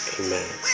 amen